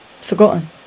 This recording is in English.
Forgotten